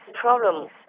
problems